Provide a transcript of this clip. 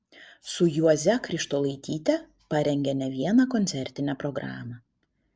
su juoze krištolaityte parengė ne vieną koncertinę programą